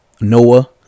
Noah